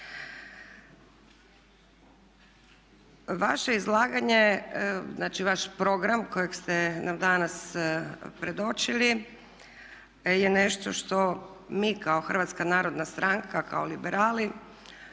Vaše izlaganje, znači vaš program kojeg ste nam danas predočili je nešto što mi kao HNS, kao liberali